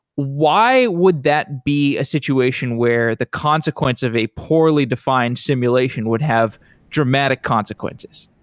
why would that be a situation where the consequence of a poorly-defined simulation would have dramatic consequences?